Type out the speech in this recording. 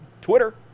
Twitter